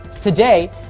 Today